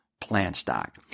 PlantStock